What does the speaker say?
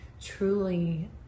truly